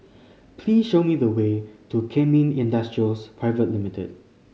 please show me the way to Kemin Industries Private Limited